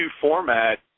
format